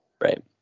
Right